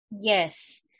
Yes